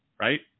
right